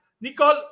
Nicole